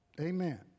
Amen